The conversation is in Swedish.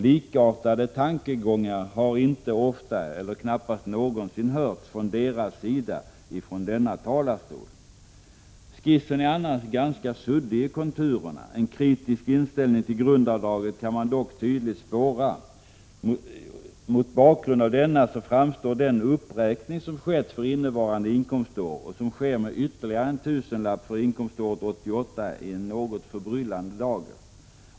Likartade tankegångar har knappast någonsin hörts från deras sida ifrån denna talarstol. Skissen är annars ganska suddig i konturerna. En kritisk inställning till grundavdraget kan man dock tydligt spåra. Mot bakgrund av denna framstår den uppräkning som skett för innevarande inkomstår och som sker med ytterligare en tusenlapp för inkomståret 1988 i en litet förbryllande dager.